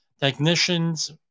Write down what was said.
Technicians